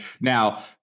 now